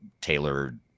tailored